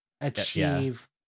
achieve